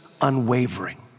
unwavering